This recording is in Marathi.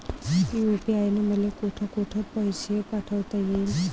यू.पी.आय न मले कोठ कोठ पैसे पाठवता येईन?